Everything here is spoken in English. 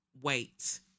wait